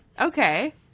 okay